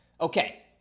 Okay